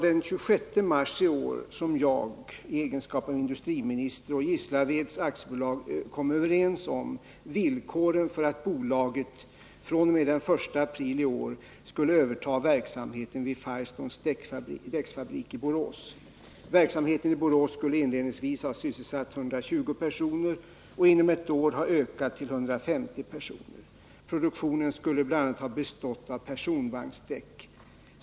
Den 26 marsi år kom jag, i egenskap av industriminister, med Gislaved AB överens om villkoren för att bolaget fr.o.m. den 1 april i år skulle överta verksamheten vid Firestones däckfabrik i Borås. Verksamheten i Borås skulle inledningsvis ha sysselsatt 120 personer och inom ett år ha ökat till 150 personer. Produktionen skulle bl.a. ha bestått av personvagnsdäck.